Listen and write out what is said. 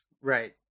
Right